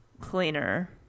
cleaner